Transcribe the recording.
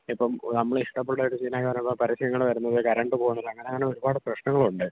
ഇപ്പം നമ്മളിഷ്ടപ്പെട്ടൊരു സീനായി വരുമ്പോൾ പരസ്യങ്ങള് വരുന്നത് കരണ്ട് പോന്നത് അങ്ങനെ അങ്ങനെ ഒരുപാട് പ്രശ്നങ്ങളുണ്ട്